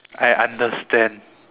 I understand